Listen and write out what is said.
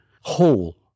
whole